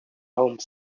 home